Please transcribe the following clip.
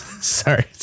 Sorry